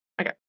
Okay